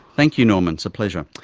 thank you norman, it's a pleasure.